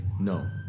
No